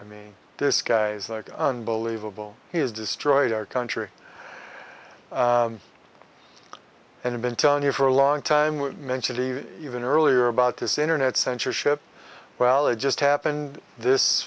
i mean this guy's unbelievable he has destroyed our country and i've been telling you for a long time we mentioned even earlier about this internet censorship well it just happened this